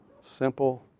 Simple